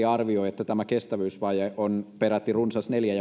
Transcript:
arvioi että tämä kestävyysvaje on peräti runsas neljä